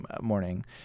morning